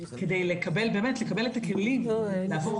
כדי באמת לקבל את הכלים להפוך,